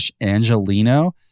Angelino